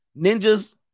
ninjas